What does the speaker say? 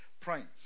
Praying